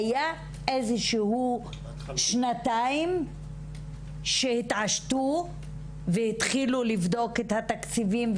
היו שנתיים שהתעשתו והתחילו לבדוק את התקציבים,